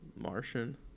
Martian